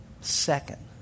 Second